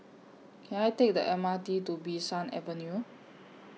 Can I Take The M R T to Bee San Avenue